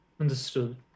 Understood